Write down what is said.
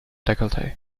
decollete